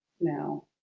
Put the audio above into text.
now